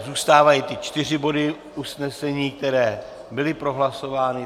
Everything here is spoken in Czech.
Zůstávají ty čtyři body usnesení, které byly prohlasovány.